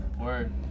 Word